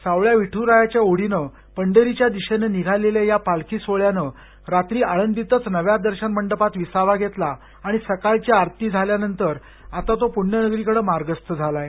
सावळया विठ् रायाच्या ओढीनं पंढरीच्या दिशेनं निघालेल्या या पालखी सोहळयानं राजी आळंदीतच नव्या दर्शन मंडपात विसावा घेतला आणि सकाळची आरती झाल्यानंतर तो प्ण्यनगरीकडं मार्गस्थ झालाय